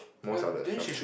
most of the shopping